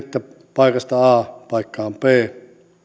paikasta a paikkaan b